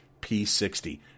P60